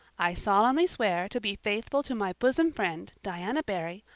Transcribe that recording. i solemnly swear to be faithful to my bosom friend, diana barry,